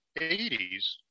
80s